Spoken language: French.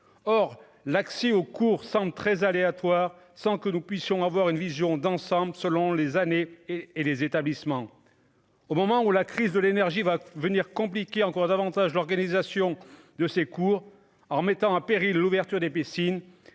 or l'accès au cours semble très aléatoire, sans que nous puissions avoir une vision d'ensemble, selon les années et les établissements au moment où la crise de l'énergie va venir compliquer encore davantage l'organisation de ces cours en mettant en péril l'ouverture des piscines,